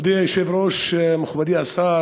העבה שהוא מקדיש, ובצדק,